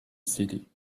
city